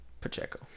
Pacheco